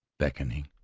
beckoning.